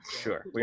Sure